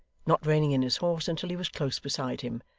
not reining in his horse until he was close beside him.